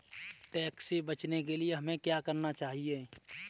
Tax से बचने के लिए हमें क्या करना चाहिए?